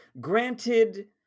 Granted